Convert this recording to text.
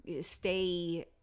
stay